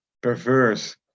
perverse